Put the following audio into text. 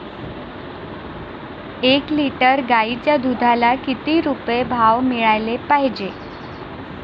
एक लिटर गाईच्या दुधाला किती रुपये भाव मिळायले पाहिजे?